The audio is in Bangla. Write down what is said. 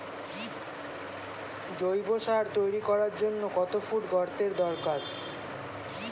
জৈব সার তৈরি করার জন্য কত ফুট গর্তের দরকার?